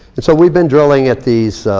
and so we've been drilling at these,